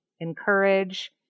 Encourage